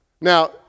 Now